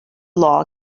law